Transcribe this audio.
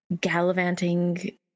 gallivanting